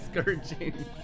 scourging